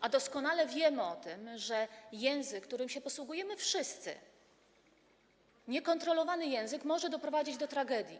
A doskonale wiemy o tym, że język, którym się posługujemy wszyscy, niekontrolowany, może doprowadzić do tragedii.